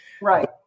Right